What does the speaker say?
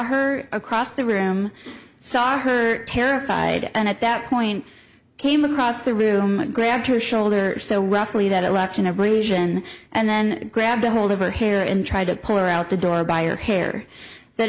her across the room saw her terrified and at that point came across the room and grabbed her shoulder so roughly that election abrasion and then grabbed ahold of her hair and tried to pull her out the door by a hair th